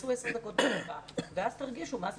תנסו עשר דקות בכיתה ואז תרגישו מה זה